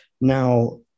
Now